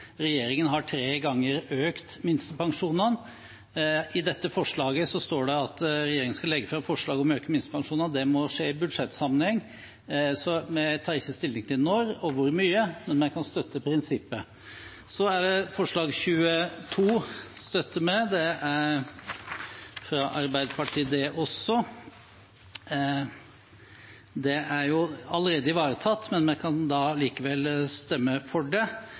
Regjeringen har økt minstepensjonene tre ganger. I dette forslaget står det at regjeringen skal «legge frem forslag om å øke minstepensjonene». Det må skje i budsjettsammenheng, så vi tar ikke stilling til når og hvor mye, men vi kan støtte prinsippet. Så støtter vi forslag nr. 22, også fra Arbeiderpartiet. Det er jo allerede ivaretatt, men vi kan allikevel stemme for det,